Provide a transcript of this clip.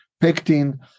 pectin